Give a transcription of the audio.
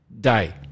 day